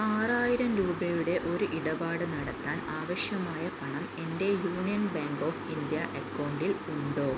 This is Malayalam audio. ആറായിരം രൂപയുടെ ഒരു ഇടപാട് നടത്താൻ ആവശ്യമായ പണം എൻ്റെ യൂണിയൻ ബാങ്ക് ഓഫ് ഇന്ത്യ അക്കൗണ്ടിൽ ഉണ്ടോ